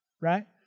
right